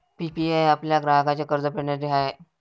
PPI आपल्या ग्राहकांचे कर्ज फेडण्यासाठी आहे